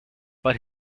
but